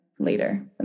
later